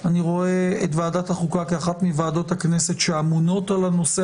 אני רואה את ועדת החוקה כאחת ועדות הכנסת שאמונות על נושא